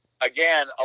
again